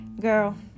girl